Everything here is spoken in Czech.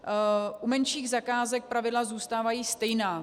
U menších zakázek pravidla zůstávají stejná.